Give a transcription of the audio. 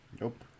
Nope